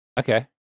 Okay